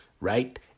right